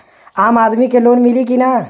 आम आदमी के लोन मिली कि ना?